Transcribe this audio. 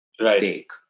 take